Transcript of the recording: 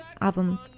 album